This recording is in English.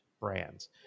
brands